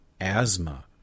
asthma